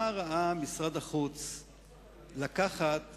מה ראה משרד החוץ לקחת יושב-ראש,